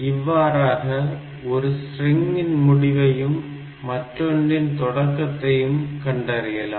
இவ்வாறாக ஒரு ஸ்ட்ரிங்கின் முடிவையும் மற்றொன்றின் தொடக்கத்தையும் கண்டறியலாம்